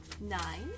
nine